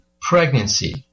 pregnancy